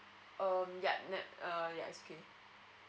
um yup yup err ya it's okay